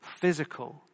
Physical